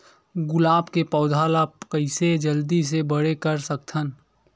गुलाब के पौधा ल कइसे जल्दी से बड़े कर सकथन?